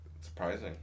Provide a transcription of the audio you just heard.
surprising